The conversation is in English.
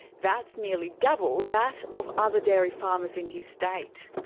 that's nearly double that of other dairy farmers in his state.